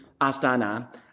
Astana